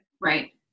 right